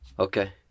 Okay